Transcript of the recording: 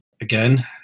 Again